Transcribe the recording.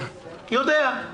יודע.